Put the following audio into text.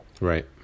right